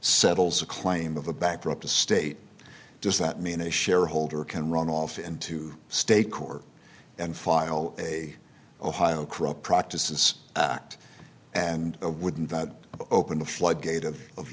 settles a claim of a backdrop the state does that mean a shareholder can run off into state court and file a ohio corrupt practices act and a wouldn't that opened a floodgate of of